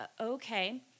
okay